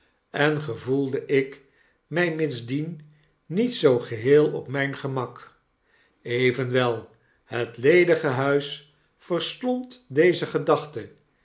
en gevoelde ik my mitsdien niet zoo geheel op myn gemak evenwel het ledige huis verslond deze gedachte